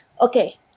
Okay